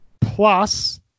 plus